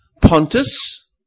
Pontus